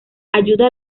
ayuda